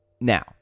now